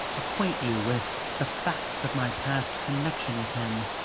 acquaint you with the facts of my past connection with him.